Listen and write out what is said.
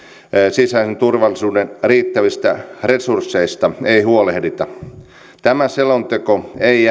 sisäisen turvallisuuden riittävistä resursseista ei huolehdita tämä selonteko ei